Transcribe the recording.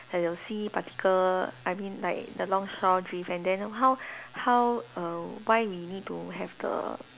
and the sea particle I mean like the longshore drift and then how how err why we need to have the